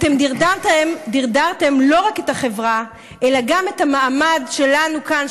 אתם דרדרתם לא רק את החברה אלא גם את המעמד שלנו כאן,